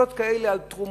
רגישויות כאלה על תרומות,